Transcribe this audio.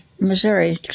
missouri